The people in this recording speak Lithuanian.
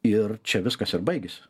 ir čia viskas ir baigėsi